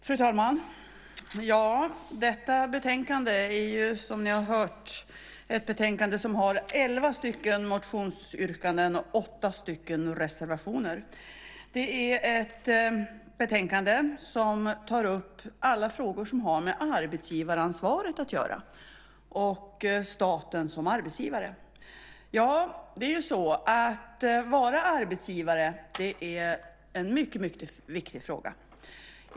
Fru talman! Detta betänkande är, som ni har hört, ett betänkande som har elva stycken motionsyrkanden och åtta reservationer. Det är ett betänkande som tar upp alla frågor som har med arbetsgivaransvaret att göra och staten som arbetsgivare. Det är ju en mycket viktig uppgift att vara arbetsgivare.